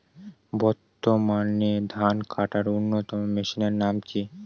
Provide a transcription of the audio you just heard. বর্তমানে ধান কাটার অন্যতম মেশিনের নাম কি?